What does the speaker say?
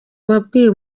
wabwiye